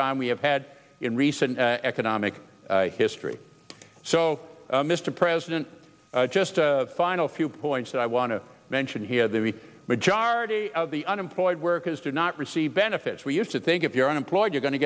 time we have had in recent economic history so mr president just a final few points that i want to mention here the majority of the unemployed workers did not receive benefits we used to think if you're unemployed you're going to